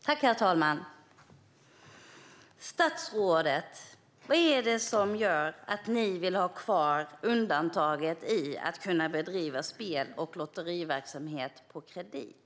Herr talman! Vad är det, statsrådet, som gör att ni vill ha kvar undantaget vad gäller att kunna bedriva spel och lotteriverksamhet på kredit?